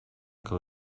que